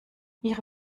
ihre